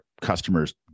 customers